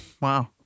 Wow